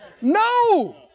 No